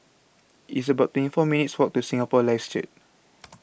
It's about twenty four minutes' Walk to Singapore Lives Church